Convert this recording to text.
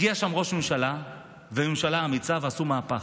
הגיעו ראש ממשלה וממשלה אמיצה ועשו מהפך,